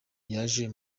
yaje